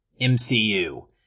MCU